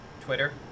Twitter